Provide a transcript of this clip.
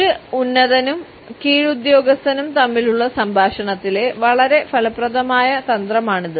ഒരു ഉന്നതനും കീഴുദ്യോഗസ്ഥനും തമ്മിലുള്ള സംഭാഷണത്തിലെ വളരെ ഫലപ്രദമായ തന്ത്രമാണിത്